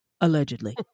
allegedly